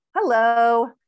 Hello